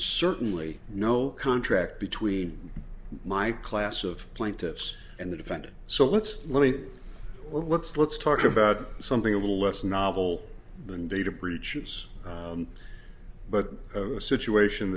certainly no contract between my class of plaintiffs and the defendant so let's let me let's let's talk about something a little less novel than data breaches but a situation